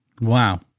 Wow